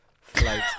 float